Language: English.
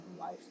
life